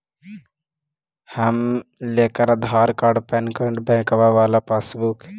हम लेकर Aadhaar card PAN card बैंकवा वाला पासबुक?